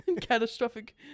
catastrophic